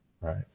right